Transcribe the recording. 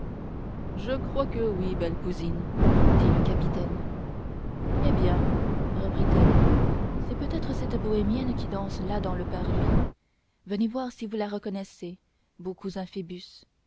je crois que oui belle cousine dit le capitaine eh bien reprit-elle c'est peut-être cette bohémienne qui danse là dans le parvis venez voir si vous la reconnaissez